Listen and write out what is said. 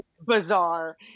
Bizarre